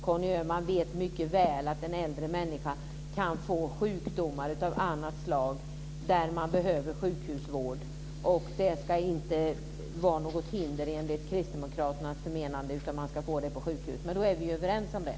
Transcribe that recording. Conny Öhman vet mycket väl att en äldre människa kan få sjukdomar av annat slag där man behöver sjukhusvård. Det ska inte vara något hinder enligt Kristdemokraternas förmenade, utan man ska få det på sjukhus. Men då är vi ju överrens om det.